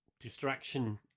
Distraction